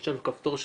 כדוגמה,